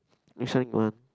which one you want